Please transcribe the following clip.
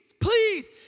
please